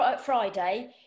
Friday